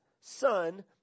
son